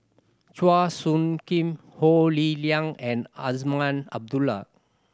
Chua Soo Khim Ho Lee Ling and Azman Abdullah